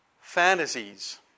fantasies